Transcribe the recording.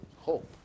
hope